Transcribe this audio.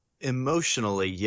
Emotionally